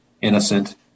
innocent